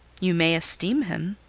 you may esteem him.